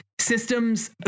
systems